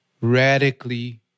radically